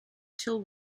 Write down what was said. till